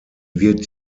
wird